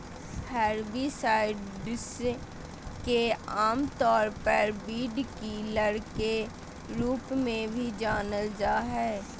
herbicides के आमतौर पर वीडकिलर के रूप में भी जानल जा हइ